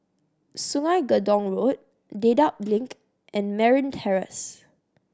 Sungei Gedong Road Dedap Link and Merryn Terrace